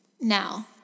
Now